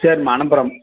சரிம்மா அனுப்புறோம்